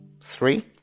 Three